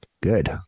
Good